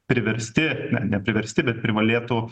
priversti na nepriversti bet privalėtų